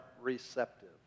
receptive